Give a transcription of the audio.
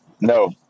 No